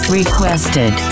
requested